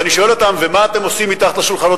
ואני שואל אותם: ומה אתם עושים מתחת לשולחנות,